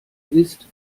ist